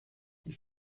die